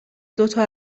دوتا